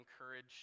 encourage